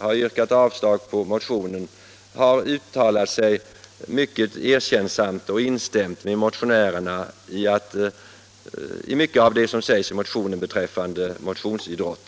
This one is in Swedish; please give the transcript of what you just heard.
har yrkat avslag på motionen, men man har även där uttalat sig mycket erkännsamt och instämt med motionärerna i mycket av det som i motionen sägs om motionsidrotten.